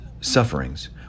sufferings